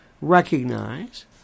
recognize